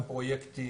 בנושא של הפרויקטים,